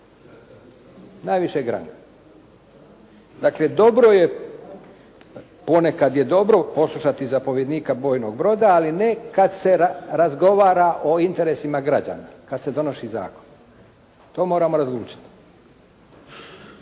Najvišeg ranga. Dakle, dobro je, ponekad je dobro poslušati zapovjednika bojnog broda, ali ne kad se razgovara o interesima građana, kad se donosi zakon. To moramo razlučiti.